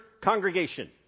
congregation